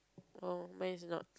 oh mine is not